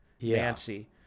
Nancy